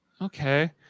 Okay